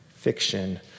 fiction